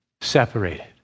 separated